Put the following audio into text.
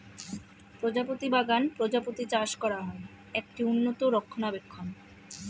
প্রজাপতি বাগান প্রজাপতি চাষ করা হয়, একটি উন্নত রক্ষণাবেক্ষণ